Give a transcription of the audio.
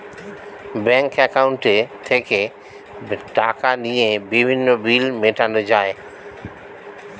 bank অ্যাকাউন্টে থেকে টাকা নিয়ে বিভিন্ন বিল মেটানো যায়